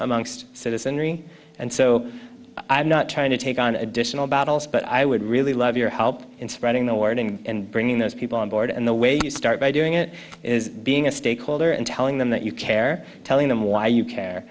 amongst citizenry and so i'm not trying to take on additional battles but i would really love your help in spreading the warning and bringing those people on board and the way you start by doing it is being a stakeholder and telling them that you care telling them why you care